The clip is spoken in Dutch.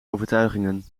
overtuigingen